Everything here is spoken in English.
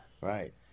Right